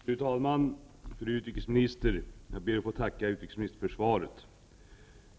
Fru talman! Fru utrikesminister! Jag ber att få tacka utrikesministern för svaret.